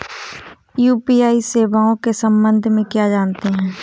UPI सेवाओं के संबंध में क्या जानते हैं?